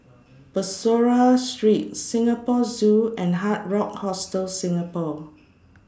Bussorah Street Singapore Zoo and Hard Rock Hostel Singapore